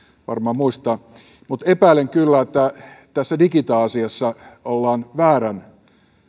varmaan muistaa mutta epäilen kyllä että tässä digita asiassa ollaan väärän